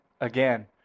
again